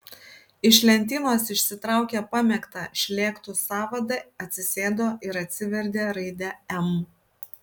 iš lentynos išsitraukė pamėgtą šlėktų sąvadą atsisėdo ir atsivertė raidę m